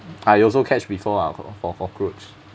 I also catch before ah for cockroach